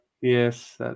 Yes